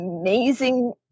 amazing